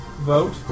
vote